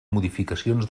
modificacions